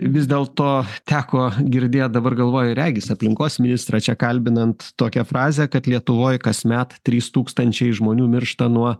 vis dėlto teko girdėt dabar galvoju regis aplinkos ministrą čia kalbinant tokią frazę kad lietuvoj kasmet trys tūkstančiai žmonių miršta nuo